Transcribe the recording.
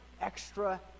extra